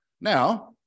Now